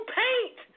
paint